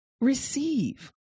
receive